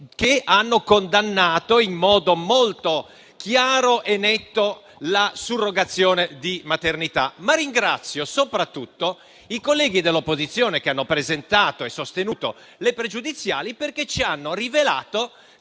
che hanno condannato in modo molto chiaro e netto la surrogazione di maternità. Ringrazio soprattutto i colleghi dell'opposizione, che hanno presentato e sostenuto le questioni pregiudiziali, perché ci hanno rivelato